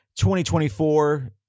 2024